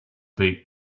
beak